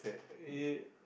it